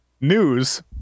News